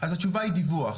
אז התשובה היא דיווח.